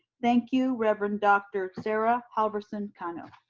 thank you, reverend dr. sarah halverson-cano.